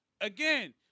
Again